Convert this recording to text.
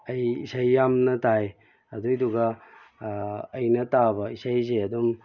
ꯑꯩ ꯏꯁꯩ ꯌꯥꯝꯅ ꯇꯥꯏ ꯑꯗꯨꯒꯤꯗꯨꯒ ꯑꯩꯅ ꯇꯥꯕ ꯏꯁꯩꯁꯦ ꯑꯗꯨꯝ